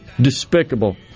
Despicable